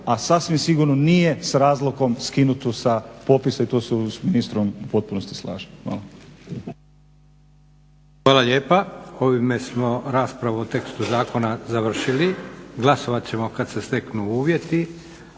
a sasvim sigurno nije s razlogom skinuto sa popisa, i to se s ministrom u potpunosti slažem. Hvala. **Leko, Josip (SDP)** Hvala lijepa. Ovime smo raspravu o tekstu zakona završili. Glasovat ćemo kada se steknu uvjeti.